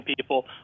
people